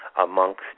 Amongst